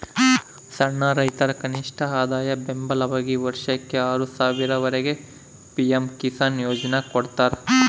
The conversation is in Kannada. ಸಣ್ಣ ರೈತರ ಕನಿಷ್ಠಆದಾಯ ಬೆಂಬಲವಾಗಿ ವರ್ಷಕ್ಕೆ ಆರು ಸಾವಿರ ವರೆಗೆ ಪಿ ಎಂ ಕಿಸಾನ್ಕೊ ಯೋಜನ್ಯಾಗ ಕೊಡ್ತಾರ